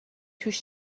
توش